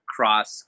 Cross